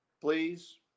please